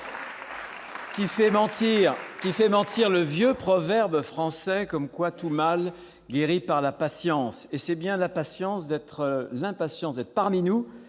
qui fait mentir le vieux proverbe français selon lequel « tout mal guérit par la patience ». C'est bien l'impatience d'être parmi nous